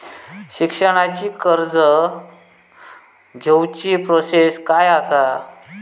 शिक्षणाची कर्ज घेऊची प्रोसेस काय असा?